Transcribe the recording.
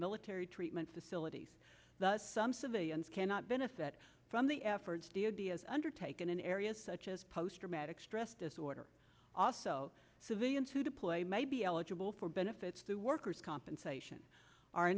military treatment facilities the some civilians cannot benefit from the efforts d o d s undertaken in areas such as post traumatic stress disorder also civilians who deployed may be eligible for benefits through workers compensation